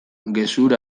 gezur